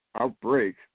outbreak